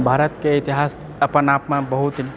भारतके इतिहास अपन आपमे बहुत